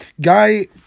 Guy